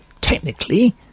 technically